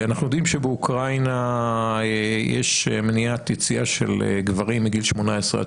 אנחנו יודיעם שבאוקראינה יש מניעת יציאה של גברים מגיל 18 עד